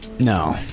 No